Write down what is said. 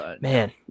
Man